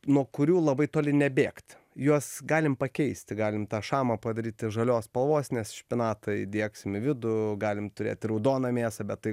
nuo kurių labai toli nebėgt juos galim pakeisti galim tą šamą padaryti žalios spalvos nes špinatą įdiegsim į vidų galim turėti raudoną mėsą bet tai